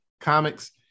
comics